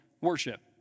worship